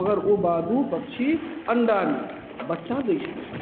मगर ओ बादुर पक्षी अण्डा नहि बच्चा दै छलखिन